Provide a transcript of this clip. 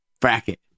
bracket